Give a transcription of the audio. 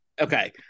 Okay